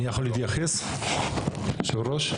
אני יכול להתייחס, יושב הראש?